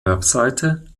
website